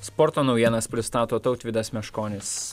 sporto naujienas pristato tautvydas meškonis